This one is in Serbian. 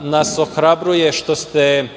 nas ohrabruje što ste